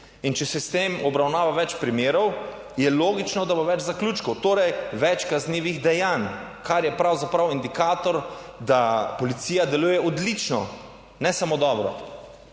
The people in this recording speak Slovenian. in če se s tem obravnava več primerov, je logično, da bo več zaključkov, torej več kaznivih dejanj, kar je pravzaprav indikator, da policija deluje odlično, ne samo dobro